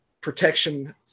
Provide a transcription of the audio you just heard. protection